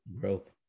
growth